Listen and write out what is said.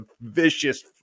vicious